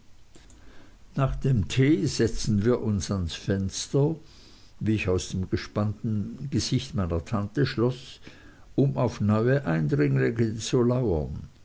nach dem tee setzten wir uns ans fenster wie ich aus dem gespannten gesicht meiner tante schloß um auf neue eindringlinge zu lauern